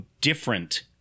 different